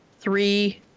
three